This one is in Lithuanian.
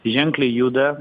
ženkliai juda